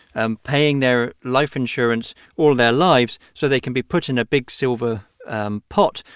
um paying their life insurance all their lives so they can be put in a big silver um pot,